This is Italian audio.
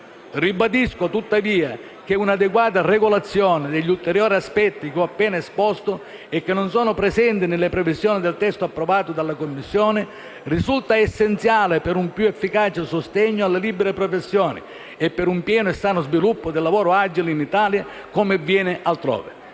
Ribadisco, tuttavia, che un'adeguata regolazione degli ulteriori aspetti che ho appena esposto e che non sono presenti nelle previsioni del testo approvato dalla Commissione risulta essenziale per un più efficace sostegno alle libere professioni e per un pieno e sano sviluppo del lavoro agile in Italia, come avviene altrove.